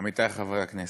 עמיתי חברי הכנסת,